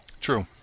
True